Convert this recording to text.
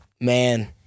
Man